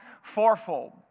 fourfold